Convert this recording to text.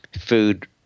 food